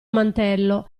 mantello